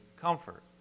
comfort